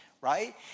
right